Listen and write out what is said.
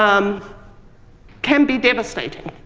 um can be devastating,